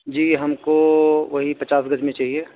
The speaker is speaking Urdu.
جی ہم کو وہی پچاس گز میں چاہیے